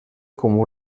comú